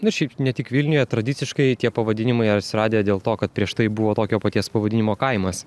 nu ir šiaip ne tik vilniuje tradiciškai tie pavadinimai atsiradę dėl to kad prieš tai buvo tokio paties pavadinimo kaimas